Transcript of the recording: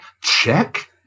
check